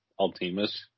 Altimas